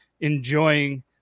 enjoying